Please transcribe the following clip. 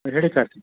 ಹೇಳಿ ಕಾರ್ತಿಕ್